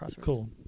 Cool